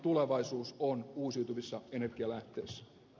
tulevaisuus on uusiutuvissa energialähteissä